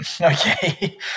Okay